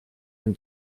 dem